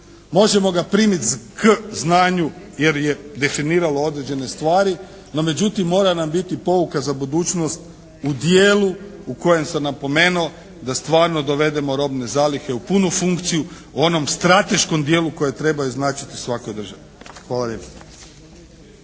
Možemo ga primiti k znanju jer je definiralo određene stvari no međutim mora nam biti pouka za budućnost u dijelu u kojem sam napomenuo da stvarno dovedemo robne zalihe u punu funkciju u onom strateškom dijelu koje trebaju značiti u svakoj državi. Hvala lijepo.